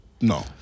No